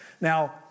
Now